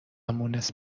مونس